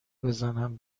بزنم